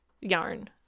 yarn